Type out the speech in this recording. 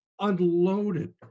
unloaded